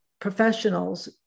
professionals